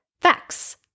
facts